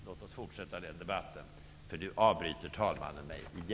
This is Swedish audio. Låt oss fortsätta den debatten, för nu avbryter talmannen mig.